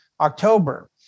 October